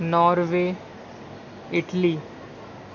Norway Italy